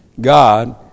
God